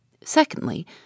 secondly